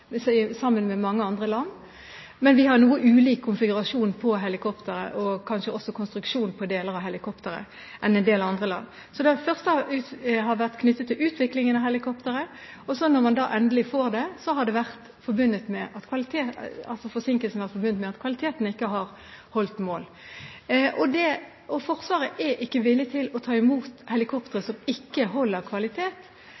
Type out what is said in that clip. helikopteret og kanskje også konstruksjon på deler av helikopteret enn en del andre land. Så den første forsinkelsen har vært knyttet til utviklingen av helikopteret. Når man da endelig får det, har forsinkelsen vært forbundet med at kvaliteten ikke har holdt mål. Forsvaret er ikke villig til å ta imot